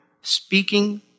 speaking